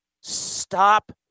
stop